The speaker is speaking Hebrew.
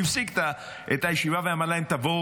שהפסיק את הישיבה ואמר להם: תבוא